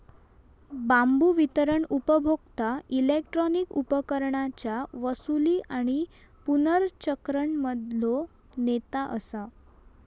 बांबू वितरण उपभोक्ता इलेक्ट्रॉनिक उपकरणांच्या वसूली आणि पुनर्चक्रण मधलो नेता असा